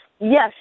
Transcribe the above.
Yes